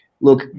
look